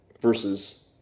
versus